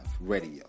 Radio